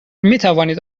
میتوانید